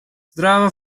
zdravo